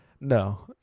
No